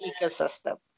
ecosystem